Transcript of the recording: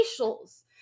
facials